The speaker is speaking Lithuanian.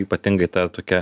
ypatingai ta tokia